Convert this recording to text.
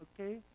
Okay